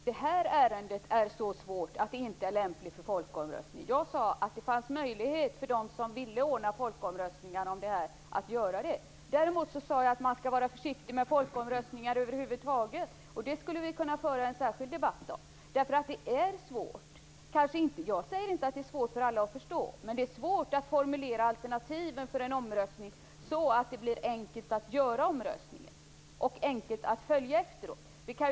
Herr talman! Jag sade inte att det här ärendet är så svårt att det inte är lämpligt för en folkomröstning. Jag sade att det fanns en möjlighet för dem som ville att anordna en sådan. Däremot sade jag att man över huvud taget skall vara försiktig med folkomröstningar. Det skulle vi kunna föra en särskild debatt om. Jag säger inte att det är svårt för alla att förstå. Men det är svårt att formulera alternativ för en omröstning så att det blir enkelt att genomföra och följa upp omröstningen.